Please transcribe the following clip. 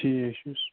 تی یےَ چھُس